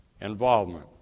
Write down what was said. involvement